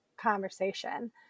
conversation